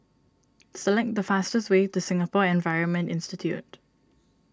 select the fastest way to Singapore Environment Institute